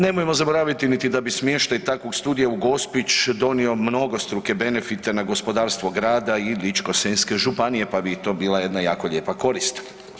Nemojmo zaboraviti niti da bi smještaj takvog studija u Gospić donio mnogostruke benefite na gospodarstvo grada i Ličko-senjske županije pa bi i to bila jedna jako lijepa korist.